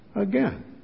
again